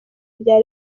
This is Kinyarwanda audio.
rya